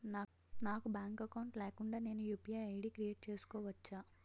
నాకు bank account లేకుండా నేను యు.పి.ఐ ఐ.డి క్రియేట్ చేసుకోవచ్చా?